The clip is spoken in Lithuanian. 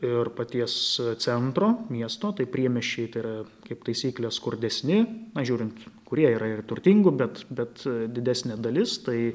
ir paties centro miesto tai priemiesčiai tai yra kaip taisyklė skurdesni na žiūrint kurie yra ir turtingų bet bet didesnė dalis tai